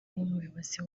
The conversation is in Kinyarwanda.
nk’umuyobozi